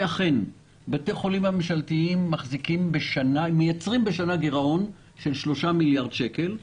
ואכן בתי החולים הממשלתיים מייצרים בשנה גירעון של 3 מיליארד שקל.